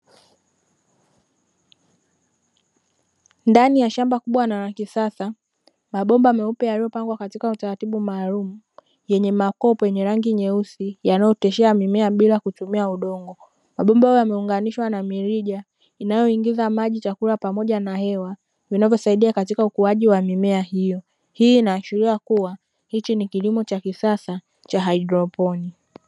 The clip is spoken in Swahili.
Ndani ya shamba kubwa na la kisasa, mabomba meupe yaliyopangwa kwa utaratibu maalumu, yenye makopo yenye rangi nyeusi, tayari yanayooteshea mimea bila kutumia udongo. Mabomba hayo yameunganishwa na mirija inayoingiza maji, chakula pamoja na hewa, katika vinavyosaidia katika ukuaji wa mimea hiyo. Hii inaashiria kuwa hiki ni kilimo cha kisasa cha haidroponi.